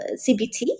CBT